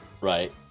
right